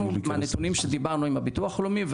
מהנתונים שדיברנו עם ביטוח לאומי,